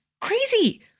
crazy